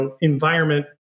environment